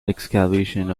excavation